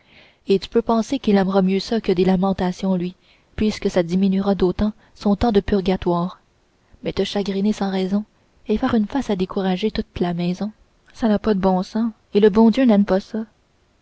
et tu peux penser qu'il aimera mieux ça que des lamentations lui puisque ça diminuera d'autant son temps de purgatoire mais te chagriner sans raison et faire une face à décourager toute la maison ça n'a pas de bon sens et le bon dieu n'aime pas ça